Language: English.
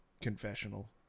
confessional